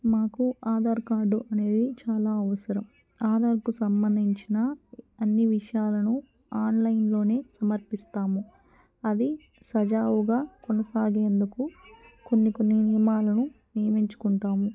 మాకు ఆధార్ కార్డు అనేది చాలా అవసరం ఆధార్కు సంబంధించిన అన్ని విషయాలను ఆన్లైన్లోనే సమర్పిస్తాము అది సజావుగా కొనసాగేందుకు కొన్ని కొన్ని నియమాలను నియమించుకుంటాము